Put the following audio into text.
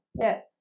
yes